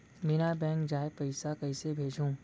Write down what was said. बिना बैंक जाए पइसा कइसे भेजहूँ?